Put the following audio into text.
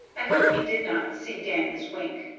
i hope he did not see danny's wink.